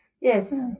Yes